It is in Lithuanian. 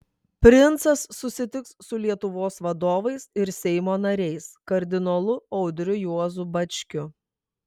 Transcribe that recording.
princas susitiks su lietuvos vadovais ir seimo nariais kardinolu audriu juozu bačkiu